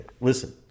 listen